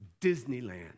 Disneyland